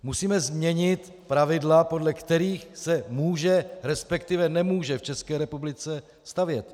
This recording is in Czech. Musíme změnit pravidla, podle kterých se může, resp. nemůže v České republice stavět.